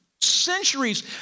centuries